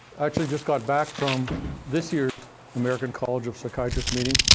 actually just got back from this year's american college of psychiatrists meeting,